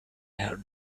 have